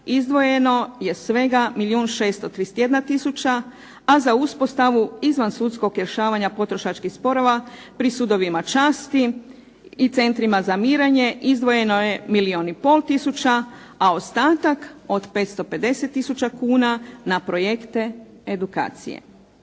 izdvojeno je svega milijun 631 tisuća, a za uspostavu izvansudskog rješavanja potrošačkih sporova pri sudovima časti i centrima za mirenje, izdvojeno je milijun i pol tisuća, a ostatak od 550 tisuća kuna na projekte edukacije.